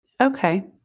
Okay